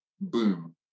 boom